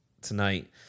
tonight